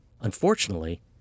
Unfortunately